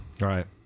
Right